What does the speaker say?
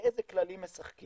באיזה כללים משחקים.